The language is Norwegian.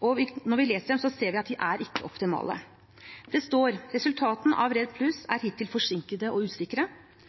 og når vi leser dem, ser vi at de ikke er optimale. Det står: Resultatene av REDD+ er hittil forsinkede og usikre.